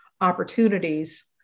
opportunities